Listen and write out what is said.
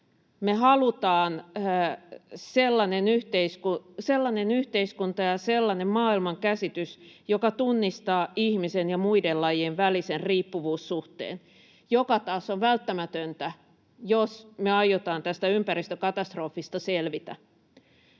me halutaan sellainen yhteiskunta ja sellainen maailmankäsitys, joka tunnistaa ihmisen ja muiden lajien välisen riippuvuussuhteen, mikä taas on välttämätöntä, jos me aiotaan tästä ympäristökatastrofista selvitä.